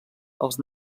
els